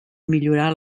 millorar